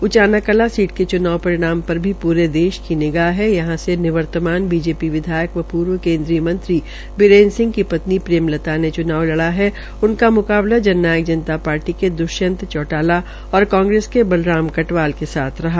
Uchana Kalan seat के चुनाव परिणाम पर भी पूरे देश की निगाह है यहां से निर्वतमान बीजेपी विधायक व पूर्व केन्द्रीय मंत्री बीरेन्द्र सिंह की पत्नी प्रेमलता ने च्नाव लड़ा है उनका म्काबला जन नायक जनता पार्टी के द्वष्यंत चौटाला और कांग्रेस के बलराम कटवाल के साथ रहा